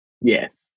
Yes